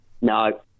No